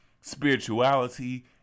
spirituality